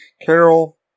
Carol